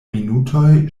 minutoj